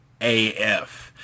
AF